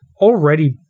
already